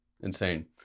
insane